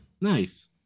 Nice